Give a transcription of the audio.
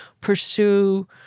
pursue